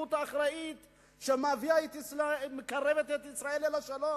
מדיניות אחראית שמקרבת את ישראל אל השלום.